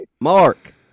Mark